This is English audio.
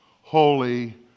holy